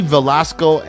Velasco